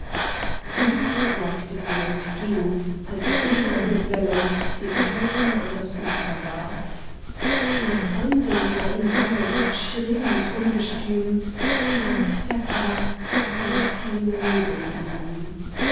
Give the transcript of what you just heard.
dies sagte sie sind ging als eben eine welle den toten an das ufer warf die freundin sah ihn an und schrie mit ungestüm mein vetter und fiel neben ihm